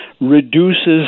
reduces